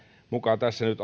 muka tässä nyt